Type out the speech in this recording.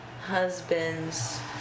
husband's